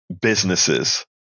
businesses